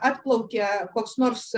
atplaukia koks nors